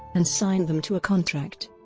and signed them to a contract.